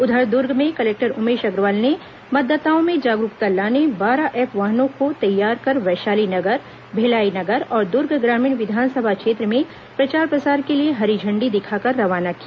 उधर दुर्ग में कलेक्टर उमेश अग्रवाल ने मतदाताओं में जागरूकता लाने बारह ऐप वाहनों को तैयार कर वैशाली नगर भिलाई नगर और दुर्ग ग्रामीण विधानसभा क्षेत्र में प्रचार प्रसार के लिए हरी झंडी दिखाकर रवाना किया